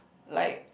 like